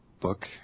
book